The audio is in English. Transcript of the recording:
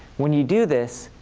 when you do this,